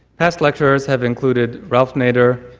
past lecturers have included ralph nader,